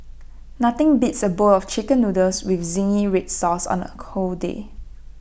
nothing beats A bowl of Chicken Noodles with Zingy Red Sauce on A cold day